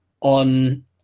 on